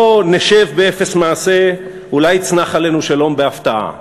לא נשב באפס מעשה, אולי יצנח עלינו שלום בהפתעה,